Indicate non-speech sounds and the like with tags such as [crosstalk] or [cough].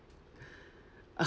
[breath]